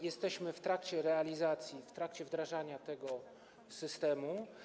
Jesteśmy w trakcie realizacji, w trakcie wdrażania tego systemu.